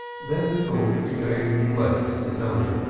then the talk became less intelligible.